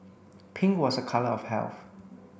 pink was a colour of health